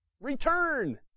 Return